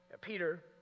Peter